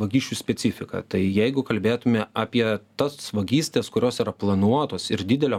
vagysčių specifika tai jeigu kalbėtume apie tas vagystes kurios yra planuotos ir didelio